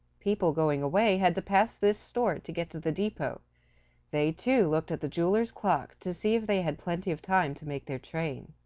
people going away had to pass this store to get to the depot they too looked at the jeweler's clock to see if they had plenty of time to make their train.